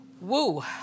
Woo